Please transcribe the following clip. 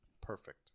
perfect